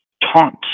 taunt